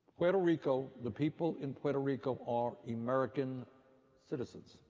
puerto rico, the people in puerto rico are american citizens.